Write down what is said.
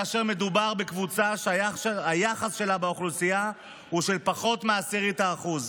כאשר מדובר בקבוצה שהיחס שלה באוכלוסייה הוא פחות מעשירית האחוז.